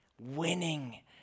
winning